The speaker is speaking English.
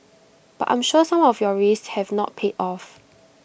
but I'm sure some of your risks have not paid off